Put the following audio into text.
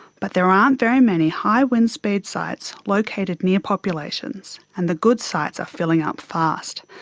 but there aren't very many high wind speed sites located near populations, and the good sites are filling up fast.